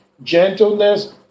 gentleness